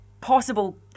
possible